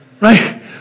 Right